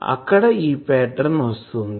ఉంటుందో అక్కడ ఈ ప్యాట్రన్ వస్తుంది